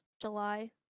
July